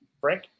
Frank